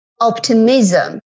optimism